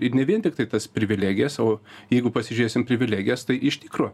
ir ne vien tiktai tas privilegijas o jeigu pasižiūrėsim privilegijas tai iš tikro